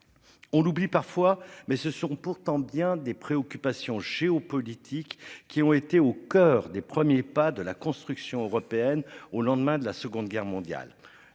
On l'oublie parfois, mais ce sont pourtant bien des préoccupations géopolitiques qui ont été au coeur des premiers pas de la construction européenne, au lendemain de la seconde guerre mondiale,